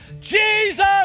Jesus